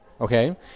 okay